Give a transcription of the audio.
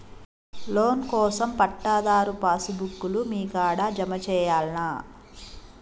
Loan కోసం పట్టాదారు passbook లు మీ కాడా జమ చేయల్నా?